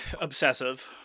obsessive